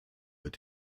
mit